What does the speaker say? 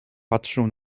patrzył